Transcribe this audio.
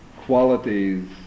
qualities